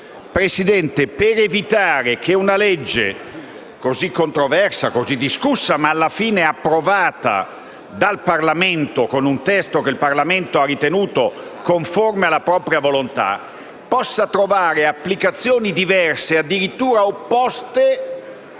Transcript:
Presidente, per evitare che un provvedimento così controverso e discusso, ma alla fine approvato dal Parlamento, in una formulazione che il Parlamento ha ritenuto conforme alla propria volontà, possa trovare applicazioni diverse o addirittura opposte